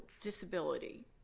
disability